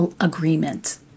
agreement